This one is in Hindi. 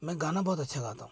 मैं गाना बहुत अच्छा गाता हूँ